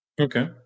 Okay